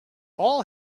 all